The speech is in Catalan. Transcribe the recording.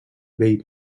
bell